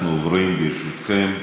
אנחנו עוברים, ברשותכם,